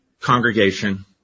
congregation